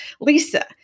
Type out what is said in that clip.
Lisa